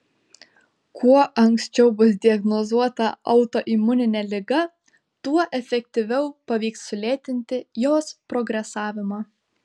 kuo anksčiau bus diagnozuota autoimuninė liga tuo efektyviau pavyks sulėtinti jos progresavimą